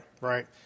right